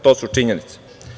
To su činjenice.